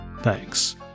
Thanks